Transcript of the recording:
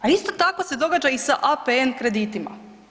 A isto tako se događa i sa APN kreditima.